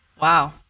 Wow